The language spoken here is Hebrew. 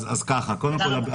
אז קודם כל,